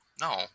No